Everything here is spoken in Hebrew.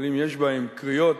אבל אם יש בהם קריאות